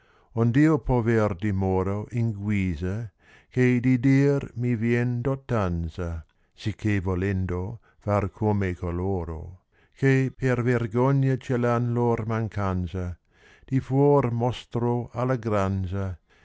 tesooj ond'io pover dimorò in guisa che di dir mi tien dottanza sicché tolendo far come coloro che per vergogna celan lor mancanza di fuor mostro allegranza